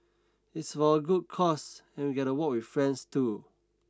it's for a good cause and we get to walk with friends too